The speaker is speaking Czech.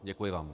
Děkuji vám.